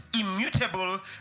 immutable